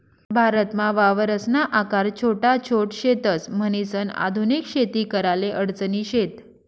भारतमा वावरसना आकार छोटा छोट शेतस, म्हणीसन आधुनिक शेती कराले अडचणी शेत